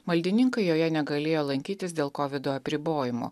maldininkai joje negalėjo lankytis dėl kovido apribojimo